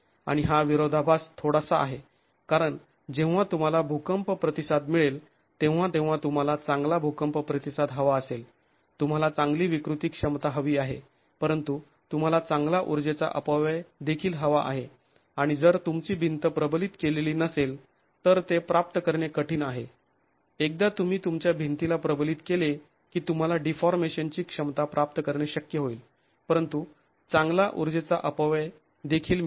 आणि हा विरोधाभास थोडासा आहे कारण जेव्हा तुम्हाला भूकंप प्रतिसाद मिळेल तेव्हा तेव्हा तुंम्हाला चांगला भूकंप प्रतिसाद हवा असेल तुम्हाला चांगली विकृती क्षमता हवी आहे परंतु तुम्हाला चांगला ऊर्जेचा अपव्यय देखील हवा आहे आणि जर तुमची भिंत प्रबलित केलेली नसेल तर ते प्राप्त करणे कठीण आहे एकदा तुम्ही तुमच्या भिंतीला प्रबलित केले की तुम्हाला डीफॉर्मेशनची क्षमता प्राप्त करणे शक्य होईल परंतु चांगला ऊर्जेचा अपव्यय देखील मिळेल